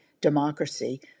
democracy